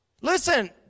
Listen